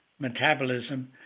metabolism